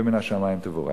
ומן השמים תבורך.